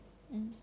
mm